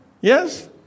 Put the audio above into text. Yes